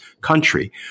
country